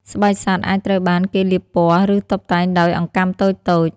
ស្បែកសត្វអាចត្រូវបានគេលាបពណ៌ ឬតុបតែងដោយអង្កាំតូចៗ។